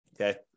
okay